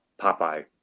Popeye